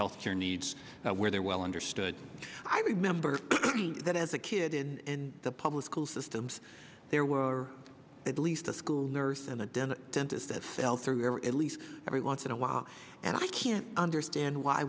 health care needs where they're well understood i remember that as a kid in the public school systems there were at least a school nurse and a dentist that fell through at least every once in a while and i can't understand why